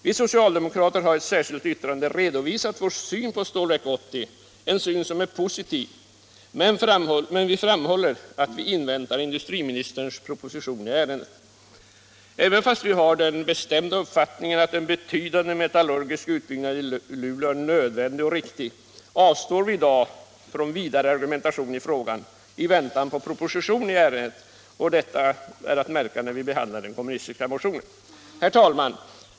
Vi socialdemokrater har i ett särskilt yttrande redovisat vår syn på Stålverk 80, en syn som är positiv, men vi framhåller att vi inväntar industriministerns proposition i ärendet. Även fast vi har den bestämda uppfattningen att en betydande metallurgisk utbyggnad i Luleå är nödvändig och riktig, avstår vi i dag från vidare argumentation i väntan på proposition i ärendet, och detta är att märka när vi behandlar den kommunistiska motionen. Herr talman!